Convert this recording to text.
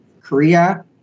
Korea